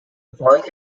following